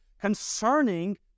concerning